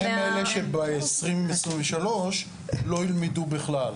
ב-2023 לא ילמדו בכלל.